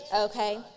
Okay